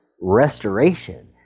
restoration